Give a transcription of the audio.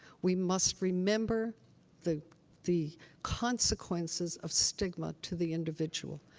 we must remember the the consequences of stigma to the individual.